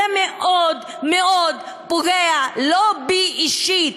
זה מאוד מאוד פוגע, לא בי אישית,